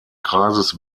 kreises